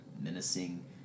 menacing